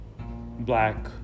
black